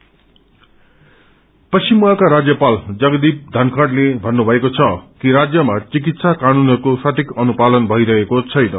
governor पश्चिम बंगालका राज्यपाल जगदीप धनखड़ले भन्नुभएको छ कि राज्यामा चिकित्सा बानूनहरूको सटीक अनुपालन भईरहेको छैन